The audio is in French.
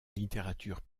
littérature